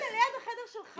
היית ליד החדר שלך.